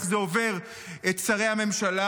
איך זה עובר את שרי הממשלה,